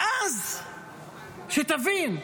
ואז שתבין,